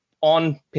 on